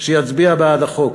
שיצביע בעד החוק,